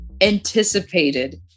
anticipated